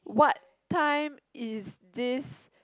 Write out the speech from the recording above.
what time is this